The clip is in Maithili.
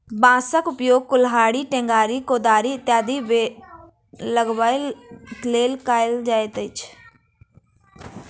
बाँसक उपयोग कुड़हड़ि, टेंगारी, कोदारि इत्यादिक बेंट लगयबाक लेल कयल जाइत अछि